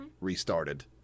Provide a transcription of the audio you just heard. restarted